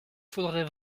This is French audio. faudrait